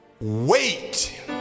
wait